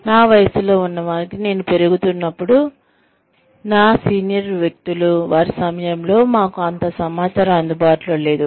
నా వయస్సులో ఉన్నవారికి నేను పెరుగుతున్నప్పుడు నా సీనియర్ వ్యక్తులు వారి సమయంలో మాకు అంత సమాచారం అందుబాటులో లేదు